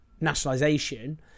nationalisation